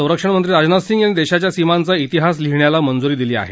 संरक्षणमंत्री राजनाथ सिंह यांनी देशाच्या सीमांचा तिहास लिहिण्याला मंजूरी दिली आहे